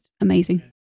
amazing